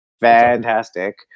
fantastic